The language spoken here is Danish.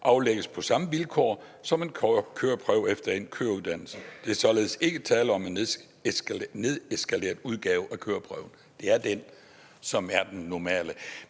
aflægges på samme vilkår som en køreprøve efter endt køreuddannelse. Der er således ikke tale om en nedeskaleret udgave af køreprøven. Det er den, som er den normale.